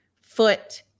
foot